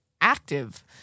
active